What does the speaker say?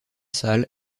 salle